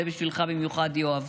זה בשבילך במיוחד, יואב.